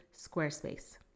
Squarespace